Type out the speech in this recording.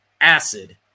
acid